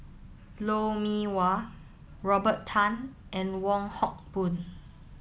Lou Mee Wah Robert Tan and Wong Hock Boon